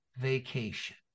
vacation